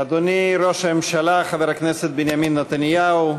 אדוני ראש הממשלה חבר הכנסת בנימין נתניהו,